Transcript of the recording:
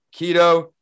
keto